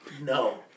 No